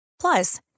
Plus